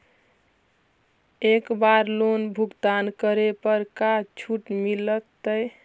एक बार लोन भुगतान करे पर का छुट मिल तइ?